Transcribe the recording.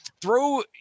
throw